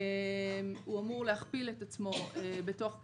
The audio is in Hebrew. הוא אמור להכפיל את עצמו בתוך כעשור,